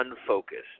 unfocused